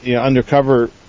undercover